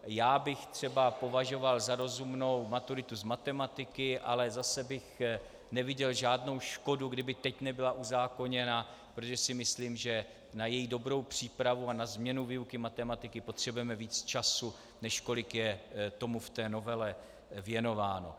Já bych třeba považoval za rozumnou maturitu z matematiky, ale zase bych neviděl žádnou škodu, kdyby teď nebyla uzákoněna, protože si myslím, že na její dobrou přípravu a na změnu výuky matematiky potřebujeme víc času, než kolik je tomu v té novele věnováno.